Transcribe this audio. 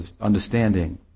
understanding